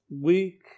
weak